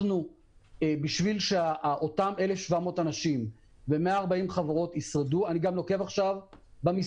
בשביל שאותם 1,700 אנשים ו-140 חברות ישרדו יש צורך ב-